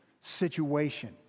situation